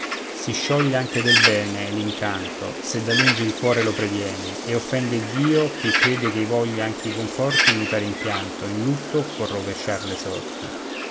si scioglie anche del bene l'incanto se da lungi il cuore lo previene e offende iddio chi crede ch'ei voglia anche i conforti mutar in pianto e in lutto col rovesciar le sorti